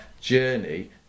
journey